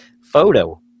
photo